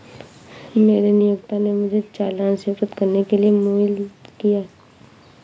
मेरे नियोक्ता ने मुझे चालान स्वीकृत करने के लिए मेल किया